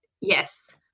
yes